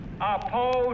oppose